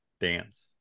dance